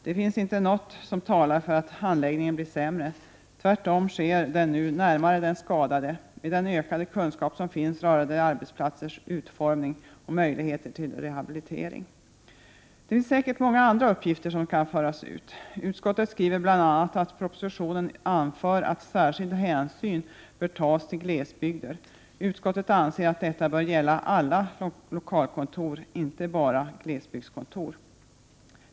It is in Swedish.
Det finns inte något som talar för att handläggningen blir sämre; tvärtom sker den nu närmare den skadade, med den ökade kunskap som finns rörande arbetsplatsers utformning och möjligheter till rehabilitering. Det finns säkert många andra uppgifter som kan föras ut. Utskottet skriver bl.a. att propositionen anför att särskild hänsyn bör tas till glesbygder. Utskottet anser att detta bör gälla alla lokalkontor, inte bara glesbygdskontor.